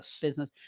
business